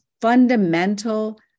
fundamental